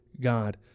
God